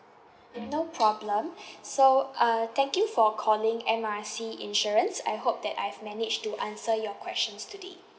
no problem so uh thank you for calling M R C insurance I hope that I've managed to answer your questions today